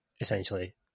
essentially